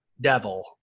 devil